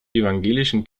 evangelischen